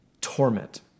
torment